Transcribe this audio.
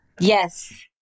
Yes